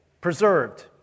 preserved